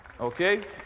Okay